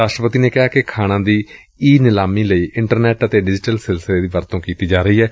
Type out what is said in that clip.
ਰਾਸ਼ਟਰਪਤੀ ਨੇ ਕਿਹੈ ਕਿ ਖਾਣਾਂ ਦੀ ਈ ਨੀਲਾਮੀ ਲਈ ਇੰਟਰਨੈੱਟ ਅਤੇ ਡਿਜੀਟਲ ਸਿਲਸਿਲੇ ਦੀ ਵਰਤੋਂ ਕੀਤੀ ਜਾ ਰਹੀ ਏ